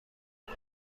کنم